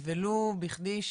לא בכדי,